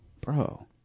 Bro